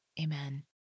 Amen